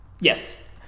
Yes